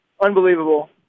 unbelievable